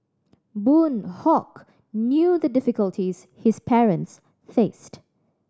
Boon Hock knew the difficulties his parents faced